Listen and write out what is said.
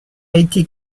été